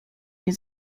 nie